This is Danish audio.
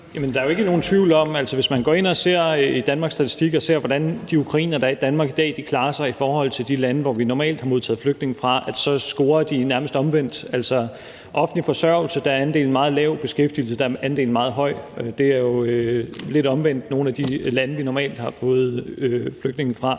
er ikke nogen tvivl om, at hvis man går ind i Danmarks Statistik og ser på, hvordan de ukrainere, der er i Danmark i dag, klarer sig i forhold til flygtninge fra de lande, som vi normalt har modtaget flygtninge fra, så scorer de nærmest omvendt. Med hensyn til offentlig forsørgelse er andelen meget lav. Med hensyn til beskæftigelse er andelen meget høj. Det er jo lidt omvendt i forhold til nogle af de lande, vi normalt har fået flygtninge fra.